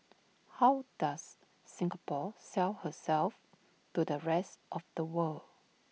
how does Singapore sell herself to the rest of the world